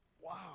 Wow